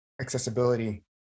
accessibility